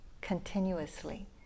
continuously